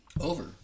Over